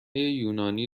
یونانی